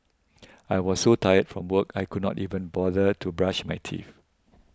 I was so tired from work I could not even bother to brush my teeth